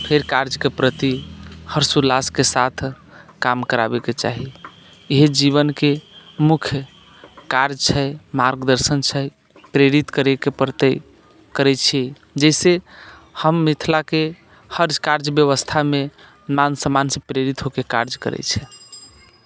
फिर कार्यके प्रति हर्षोल्लासके साथ काम कराबैके चाही इएह जीवनके मुख्य कार्य छै मार्गदर्शन छै प्रेरित करैके प्रति करैत छी जाहिसँ हम मिथिलाके हर कार्य व्यवस्थामे मान सम्मानसँ प्रेरित होके कार्य करैत छी